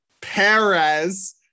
Perez